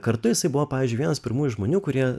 kartu jisai buvo pavyzdžiui vienas pirmųjų žmonių kurie